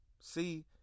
See